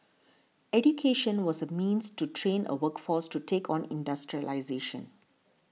education was a means to train a workforce to take on industrialisation